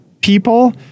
people